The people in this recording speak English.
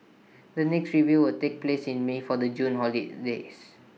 the next review will take place in may for the June holidays